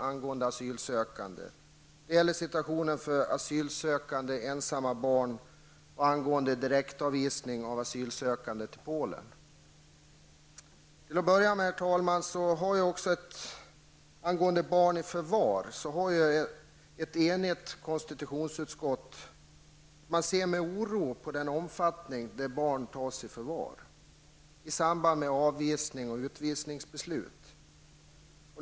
De frågor som tas upp är bl.a. regeringens 13 december-beslut från 1989 Ett enigt konstitutionsutskott ser med oro på den omfattning i vilken barn tas i förvar i samband med avvisnings och utvisningsbeslut.